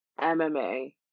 MMA